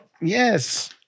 yes